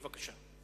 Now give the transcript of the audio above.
בבקשה.